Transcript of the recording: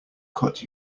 cut